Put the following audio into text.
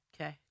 Okay